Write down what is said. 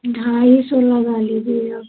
ढाई सौ लगा लीजिए आप